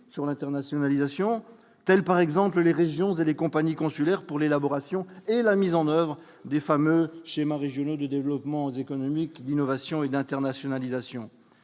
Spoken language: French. sur l'internationalisation, tels par exemple les régions et les compagnies consulaires pour l'élaboration et la mise en oeuvre des fameuses schémas régionaux de développement économique, d'innovation et d'internationalisation